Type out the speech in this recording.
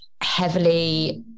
Heavily